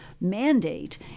mandate